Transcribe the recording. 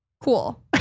Cool